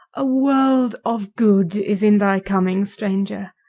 a world of good is in thy coming, stranger,